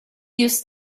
use